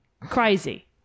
Crazy